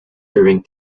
during